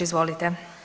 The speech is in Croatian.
Izvolite.